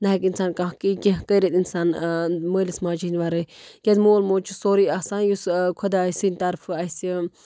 نَہ ہٮ۪کہِ اِنسان کانٛہہ کیٚنٛہہ کیٚنٛہہ کٔرِتھ اِنسان مٲلِس ماجہِ ہِنٛدۍ وَرٲے کیٛازِ مول موج چھُ سورُے آسان یُس خۄداے سٕنٛدۍ طرفہٕ اَسہِ